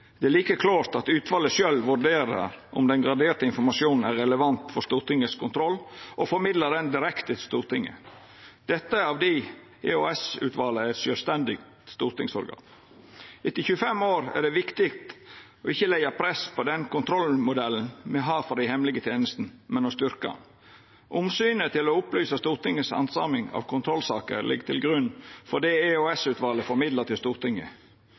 Det er like klårt at utvalet sjølv vurderer om den graderte informasjonen er relevant for Stortingets kontroll, og formidlar den direkte til Stortinget. Dette er av di EOS-utvalet er eit sjølvstendig stortingsorgan. Etter 25 år er det viktig å ikkje leggja press på den kontrollmodellen me har for dei hemmelege tenestene, men å styrkja han. Omsynet til å opplysa Stortingets handsaming av kontrollsaker ligg til grunn for det EOS-utvalet formidlar til Stortinget.